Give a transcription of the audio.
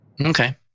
Okay